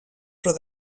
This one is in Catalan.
però